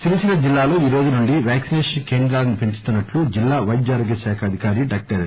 సిరిసిల్లా జిల్లాలో ఈరోజు నుండి వాక్సినేషన్ కేంద్రాలను పెంచుతున్నట్లు జిల్లా పైద్య ఆరోగ్య శాఖ అధికారి డాక్టర్ ఎ